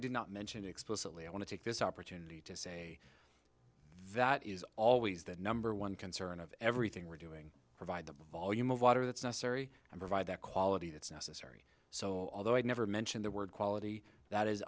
did not mention explicitly i want to take this opportunity to say that is always the number one concern of everything we're doing provide the volume of water that's necessary and provide that quality that's necessary so although i never mention the word quality that is